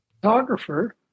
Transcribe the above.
photographer